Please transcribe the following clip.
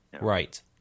Right